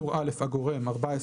טור א' הגורם "14.